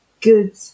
good